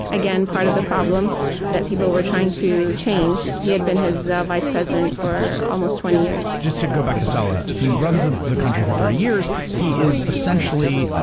again part of the problem that people were trying to change. he had been his vice president for almost twenty years. just to go back to saleh. he runs ah the country for thirty years. he is essentially. ah